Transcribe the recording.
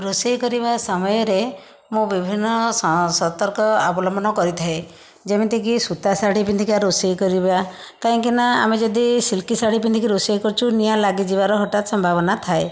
ରୋଷେଇ କରିବା ସମୟରେ ମୁଁ ବିଭିନ୍ନ ସ ସତର୍କ ଅବଲମ୍ବନ କରିଥାଏ ଯେମିତିକି ସୁତା ସାଢ଼ି ପିନ୍ଧିକା ରୋଷେଇ କରିବା କାଇଁକିନା ଆମେ ଯଦି ସିଲ୍କ ସାଢ଼ି ପିନ୍ଧିକି ରୋଷେଇ କରୁଛୁ ନିଆଁ ଲାଗିଯିବାର ହଠାତ୍ ସମ୍ଭାବନା ଥାଏ